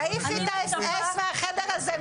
תעיפי את האס.אס מהחדר הזה.